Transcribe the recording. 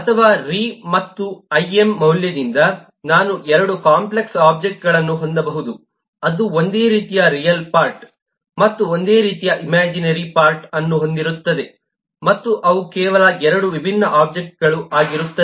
ಅಥವಾ ರಿ ಮತ್ತು ಇಮ್ಯಾ ಮೌಲ್ಯದಿಂದ ನಾನು 2 ಕಾಂಪ್ಲೆಕ್ಸ್ ಒಬ್ಜೆಕ್ಟ್ಗಳನ್ನು ಹೊಂದಬಹುದು ಅದು ಒಂದೇ ರೀತಿಯ ರಿಯಲ್ ಪಾರ್ಟ್ ಮತ್ತು ಒಂದೇ ರೀತಿಯ ಇಮ್ಯಾಜಿನರಿ ಪಾರ್ಟ್ ಅನ್ನು ಹೊಂದಿರುತ್ತದೆ ಮತ್ತು ಅವು ಕೇವಲ 2 ವಿಭಿನ್ನ ಒಬ್ಜೆಕ್ಟ್ಗಳು ಆಗಿರುತ್ತದೆ